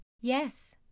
Yes